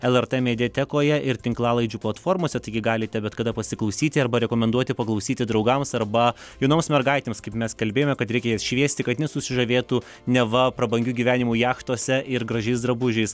lrt mediatekoje ir tinklalaidžių platformose taigi galite bet kada pasiklausyti arba rekomenduoti paklausyti draugams arba jaunoms mergaitėms kaip mes kalbėjome kad reikės jas šviesti kad nesusižavėtų neva prabangiu gyvenimu jachtose ir gražiais drabužiais